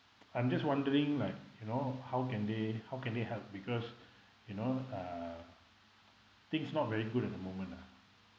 I'm just wondering like you know how can they how can they help because you know uh things not very good at the moment ah